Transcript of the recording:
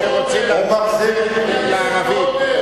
אתם רוצים להעביר את זה לערבים,